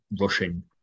rushing